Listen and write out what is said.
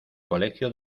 colegio